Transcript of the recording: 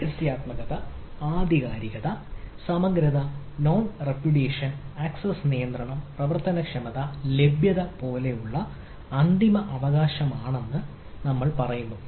രഹസ്യാത്മകത ആധികാരികത സമഗ്രത non repudiation access നിയന്ത്രണം പ്രവേശനക്ഷമത ലഭ്യത എന്നിവ പോലെ ഓർഡർ അന്തിമ അവകാശമാണെന്ന് നമ്മൾ പറയുന്നു